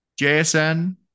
JSN